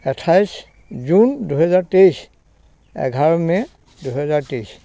আঠাইছ জুন দুহেজাৰ তেইছ এঘাৰ মে' দুহেজাৰ তেইছ